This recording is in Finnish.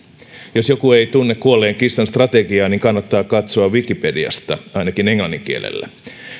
jos joku ei tunne kuolleen kissan strategiaa niin kannattaa katsoa wikipediasta ainakin englannin kielellä